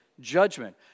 judgment